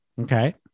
Okay